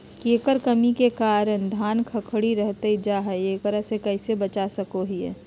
केकर कमी के कारण धान खखड़ी रहतई जा है, एकरा से कैसे बचा सको हियय?